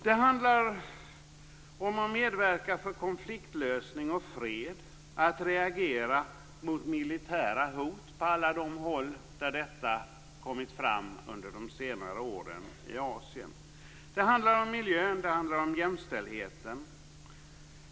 Det handlar om att verka för konfliktlösning och fred, att reagera mot militära hot på alla håll där sådana har kommit fram under de senare åren i Asien. Det handlar om miljön och om jämställdheten.